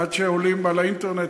עד שעולים על האינטרנט,